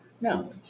No